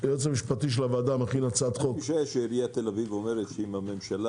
היועץ המשפטי של הוועדה מכין הצעת חוק- - עיריית תל אביב אומרת שאם הממשלה